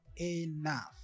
enough